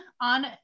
on